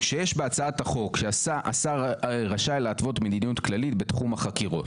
כשיש בהצעת החוק אמירה שהשר רשאי להתוות מדיניות כללית בתחום החקירה,